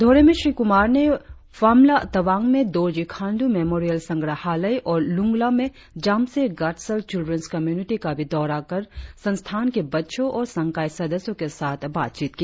दौरे में श्री कुमार ने फमला तवांग में दोरजी खांडू मेमोरियल संग्रहालय और ल्रंगला में जामसे गतसल चिल्रनस कम्यूनीटि का भी दौरा और संस्थान के बच्चों तथा संकाय सदस्यों के साथ बातचीत की